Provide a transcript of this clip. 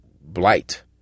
blight